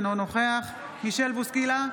אינו נוכח מישל בוסקילה,